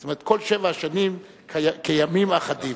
זאת אומרת, כל שבע השנים כימים אחדים.